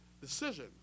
decision